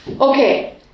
Okay